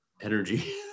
energy